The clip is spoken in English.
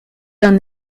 done